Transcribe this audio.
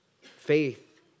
faith